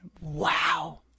Wow